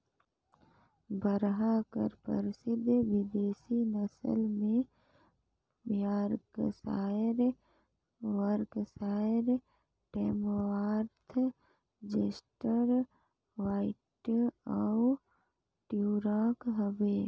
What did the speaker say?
बरहा कर परसिद्ध बिदेसी नसल में Yorkshire, Berkshire, Tamworth, Chester White अउ ड्यूरॉक हवे